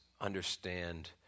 understand